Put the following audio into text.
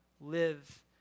Live